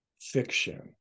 fiction